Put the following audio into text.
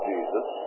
Jesus